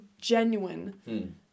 genuine